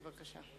בבקשה.